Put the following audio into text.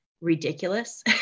ridiculous